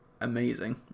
amazing